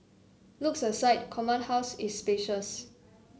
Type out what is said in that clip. looks aside Command House is spacious